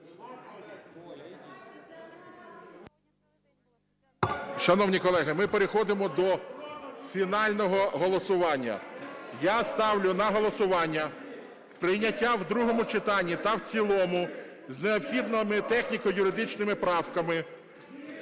Шановні колеги, ми переходимо до фінального голосування. Я ставлю на голосування прийняття в другому читанні та в цілому з необхідними техніко-юридичними правками